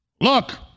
Look